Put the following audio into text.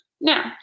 Now